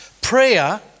prayer